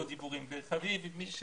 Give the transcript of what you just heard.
אם אנחנו